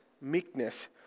Meekness